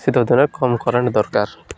ଶୀତ ଦିନେ କମ୍ କରେଣ୍ଟ ଦରକାର